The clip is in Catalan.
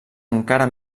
encara